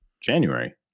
January